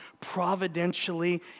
providentially